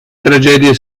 tragedia